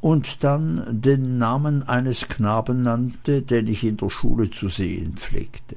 und dann den namen eines knaben nannte den ich in der schule zu sehen pflegte